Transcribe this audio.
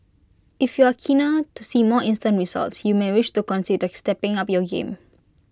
if you're keener to see more instant results you may wish to consider stepping up your game